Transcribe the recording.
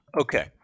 Okay